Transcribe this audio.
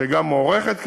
שגם מוארכת כרגע,